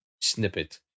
snippet